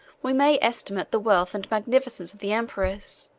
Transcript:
we may estimate the wealth and magnificence of the emperors.